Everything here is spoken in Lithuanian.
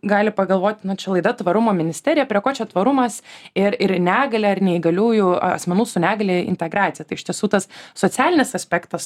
gali pagalvoti na čia laida tvarumo ministerija prie ko čia tvarumas ir ir negalia ar neįgaliųjų asmenų su negalia integracija tai iš tiesų tas socialinis aspektas